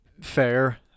fair